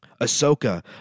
Ahsoka